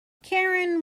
karen